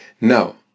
Now